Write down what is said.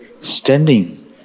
standing